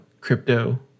crypto